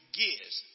gives